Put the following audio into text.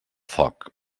foc